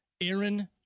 Aaron